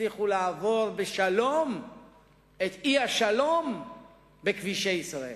הצליחו לעבור בשלום את האי-שלום בכבישי ישראל.